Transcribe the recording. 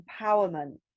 empowerment